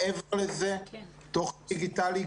מעבר לזה, תוכן דיגיטלי.